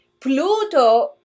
Pluto